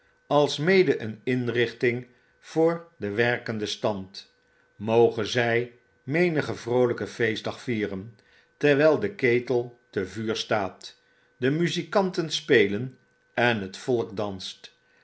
alsmede een lnrichting voor den werkenden stand moge zy menigen vroolyken feestdag vieren terwyl de ketel te vuur staat de muzikanten spelen en het volk danst